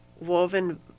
woven